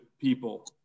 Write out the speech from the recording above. people